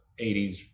80s